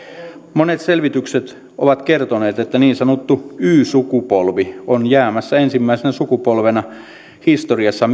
monet selvitykset ovat kertoneet että niin sanottu y sukupolvi on jäämässä ensimmäisenä sukupolvena historiassa